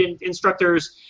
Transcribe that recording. instructors